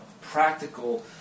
practical